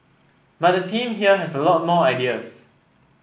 but the team here has a lot more ideas